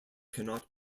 cannot